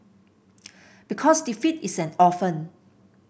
because defeat is an orphan